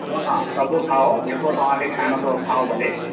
हा हा सभु खाओ जेको तव्हां खे खाइणो अथव खाओ भले